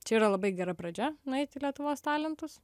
čia yra labai gera pradžia nueit į lietuvos talentus